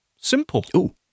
Simple